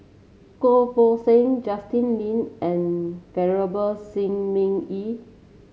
Goh Poh Seng Justin Lean and Venerable Shi Ming Yi